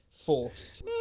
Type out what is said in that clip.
forced